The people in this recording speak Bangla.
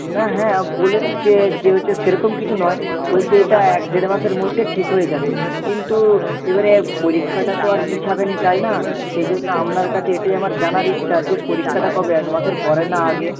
না হ্যাঁ বলেছে যে হচ্ছে সেরকম কিছু নয় বলছে এটা এক দেড় মাসের মধ্যে ঠিক হয়ে যাবে কিন্তু এবারে পরীক্ষাটা তো আর পেছোবে না তাই না সেই জন্য আপনার কাছে এটাই আমার জানার ইচ্ছা যে পরীক্ষাটা কবে এক মাসের পরে না আগে